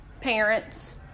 parents